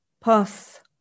Path